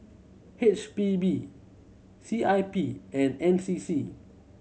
H P B C I P and N C C